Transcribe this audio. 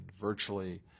virtually